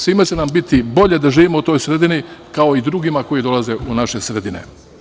Svima će nam biti bolje da živimo u toj sredini kao i drugima koji dolaze u naše sredine.